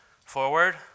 forward